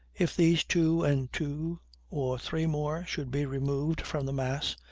if these two and two or three more should be removed from the mass,